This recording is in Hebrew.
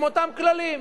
עם אותם כללים.